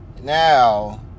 now